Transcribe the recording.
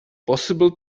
possible